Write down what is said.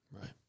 Right